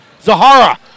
Zahara